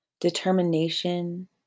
determination